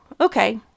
Okay